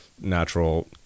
natural